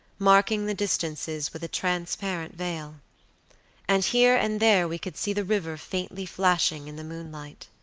marking the distances with a transparent veil and here and there we could see the river faintly flashing in the moonlight.